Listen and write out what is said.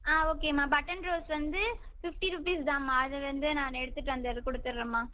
ஆ ஓகேம்மா button rose வந்து fifty rupees தான்மா அது வந்து நான் எடுத்துகிட்டு வந்து கொடுத்துறேன்ம்மா